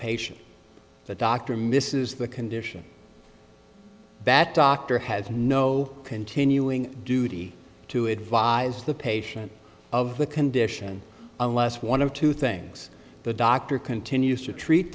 patient the doctor misses the condition that doctor has no continuing duty to advise the patient of the condition unless one of two things the doctor continues to treat